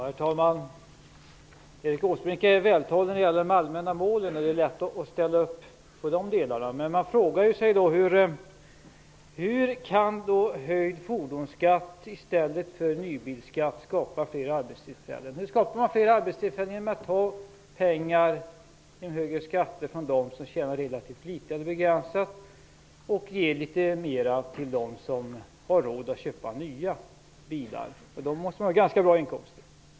Herr talman! Erik Åsbrink är vältalig när det gäller de allmänna målen, och det är lätt att ställa upp i de delarna. Men man frågar sig hur höjd fordonskatt i stället för nybilsskatt kan skapa fler arbetstillfällen. Hur skapar man fler arbetstillfällen genom att med högre skatter ta från dem som tjänar relativt litet eller har begränsade inkomster och ge litet mer till dem som har råd att köpa nya bilar? De måste ju ha ganska bra inkomster.